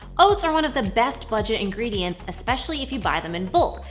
oats are one of the best budget ingredients, especially if you buy them in bulk,